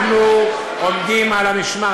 אנחנו עומדים על המשמר,